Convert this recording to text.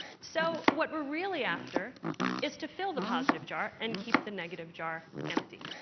so what we're really after is to fill the positive jar and keep the negative jar empty.